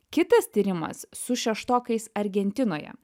kitas tyrimas su šeštokais argentinoje